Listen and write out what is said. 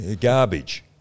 Garbage